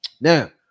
Now